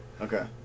Okay